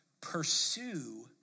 pursue